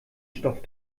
stoff